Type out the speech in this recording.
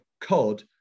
cod